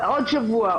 עוד שבוע,